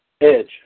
Edge